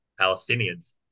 Palestinians